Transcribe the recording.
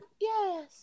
Yes